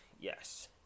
Yes